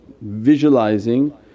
visualizing